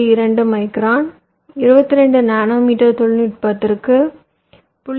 022 micron 22 nanometre தொழில்நுட்பத்திற்கு 0